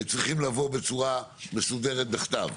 צריכים לבוא בצורה מסודרת בכתב.